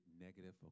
negative